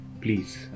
please